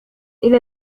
إلى